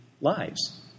lives